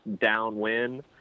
downwind